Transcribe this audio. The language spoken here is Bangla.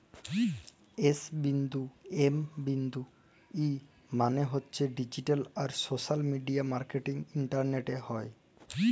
এস বিন্দু এম বিন্দু ই মালে হছে ডিজিট্যাল আর সশ্যাল মিডিয়া মার্কেটিং ইলটারলেটে হ্যয়